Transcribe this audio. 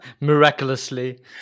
Miraculously